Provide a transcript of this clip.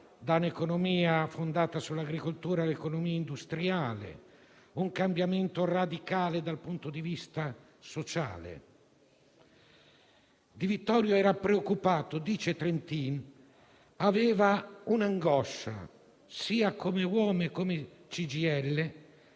da un'economia fondata sull'agricoltura a un'economia industriale, un cambiamento radicale dal punto di vista sociale. Di Vittorio era preoccupato. Trentin dice che aveva un'angoscia sia come uomo, sia come CGIL,